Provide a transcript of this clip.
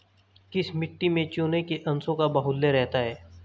किस मिट्टी में चूने के अंशों का बाहुल्य रहता है?